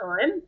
time